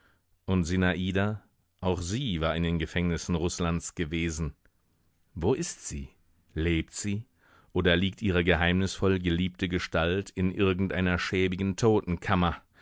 und sinada auch sie war in den gefängnissen rußlands gewesen wo ist sie lebt sie oder liegt ihre geheimnisvoll geliebte gestalt in irgend einer schäbigen